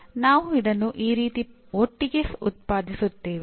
ನಾವು ಇದನ್ನು ಈ ರೀತಿ ಒಟ್ಟಿಗೆ ಉತ್ಪಾದಿಸುತ್ತೇವೆ